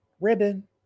ribbon